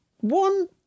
One